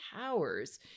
powers